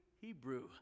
Hebrew